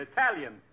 Italian